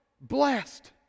blessed